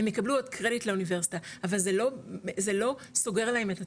הם יקבלו עוד קרדיט לאוניברסיטה,